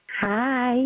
Hi